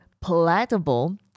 palatable